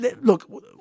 Look